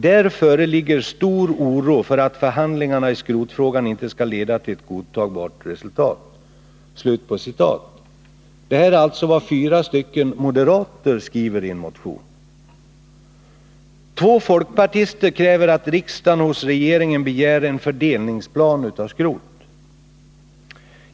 Där föreligger stor oro för att förhandlingarna i skrotfrågan inte skall leda till ett godtagbart resultat Detta var vad fyra moderater skrivit i en motion. Två folkpartister kräver att riksdagen hos regeringen begär en fördelningsplan för skrot.